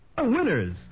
Winners